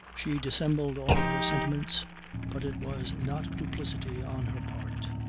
she dissembled all her sentiments but it was not duplicity on her part.